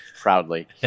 proudly